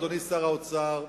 אדוני שר האוצר,